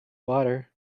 water